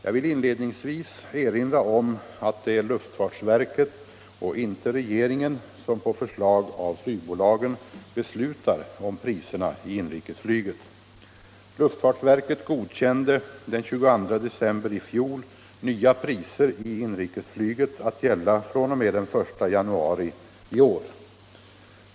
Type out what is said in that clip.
Jag vill inledningsvis erinra om att det är luftfartsverket och inte regeringen som på förslag av flygbolagen beslutar om priserna i inrikesflyget. Luftfartsverket godkände den 22 december i fjol nya priser i inrikesflyget att gälla fr.o.m. den 1 januari i år.